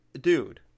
dude